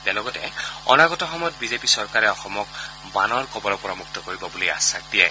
তেওঁ লগতে অনাগত সময়ত বিজেপি চৰকাৰে অসমত বানৰ কবলৰ পৰা মুক্ত কৰিব বুলি আখাস দিয়ে